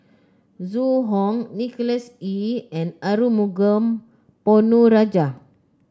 Zhu Hong Nicholas Ee and Arumugam Ponnu Rajah